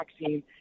vaccine